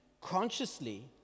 consciously